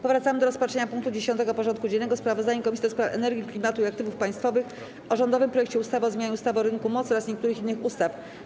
Powracamy do rozpatrzenia punktu 10. porządku dziennego: Sprawozdanie Komisji do Spraw Energii, Klimatu i Aktywów Państwowych o rządowym projekcie ustawy o zmianie ustawy o rynku mocy oraz niektórych innych ustaw.